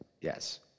Yes